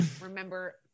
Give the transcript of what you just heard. remember